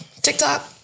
TikTok